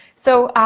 so,